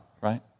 right